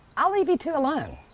i'll leave you two alone.